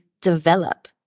develop